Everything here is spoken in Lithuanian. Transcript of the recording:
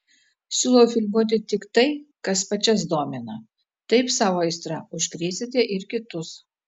siūlau filmuoti tik tai kas pačias domina taip savo aistra užkrėsite ir kitus